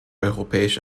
europäische